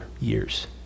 years